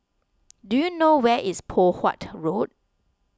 do you know where is Poh Huat Road